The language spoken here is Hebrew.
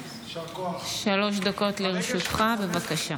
יישר כוח, מדגיש כנות, שלוש דקות לרשותך, בבקשה.